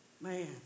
Man